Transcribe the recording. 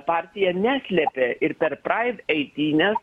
partija neslėpė ir per pride eitynes